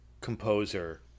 composer